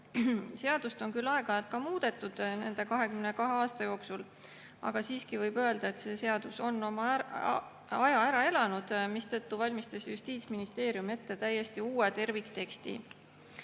Seadust on küll aeg-ajalt ka muudetud 22 aasta jooksul, aga siiski võib öelda, et see seadus on oma aja ära elanud, mistõttu valmistas Justiitsministeerium ette täiesti uue tervikteksti.